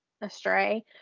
astray